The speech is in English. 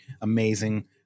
amazing